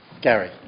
Gary